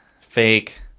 Fake